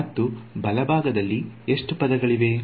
ಮತ್ತು ಬಲಭಾಗದಲ್ಲಿ ಎಷ್ಟು ಪದಗಳಿವೆ